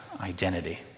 identity